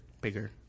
bigger